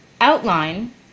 outline